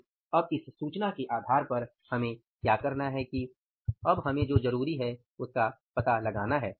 तो अब इस सूचना के आधार पर हमें क्या करना है कि अब हमें जो जरुरी है उसका पता लगाना है